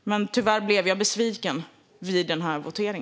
Men tyvärr blev jag besviken vid denna votering.